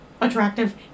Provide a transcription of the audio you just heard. attractive